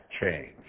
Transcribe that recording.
change